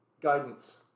Guidance